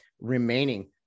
remaining